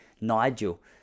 Nigel